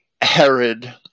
Herod